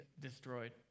destroyed